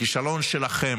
הכישלון שלכם